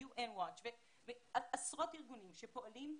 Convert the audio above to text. עשרות ארגונים שפועלים.